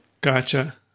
Gotcha